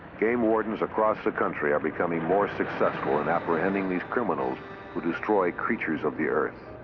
game wardens across the country are becoming more successful in apprehending these criminals who destroy creatures of the earth.